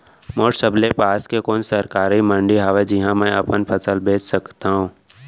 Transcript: मोर सबले पास के कोन सरकारी मंडी हावे जिहां मैं अपन फसल बेच सकथव?